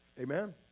Amen